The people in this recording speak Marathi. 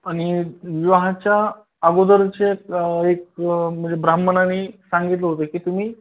आणि विवाहाच्या अगोदरचे एक म्हणजे ब्राह्मणाने सांगितलं होतं की तुम्ही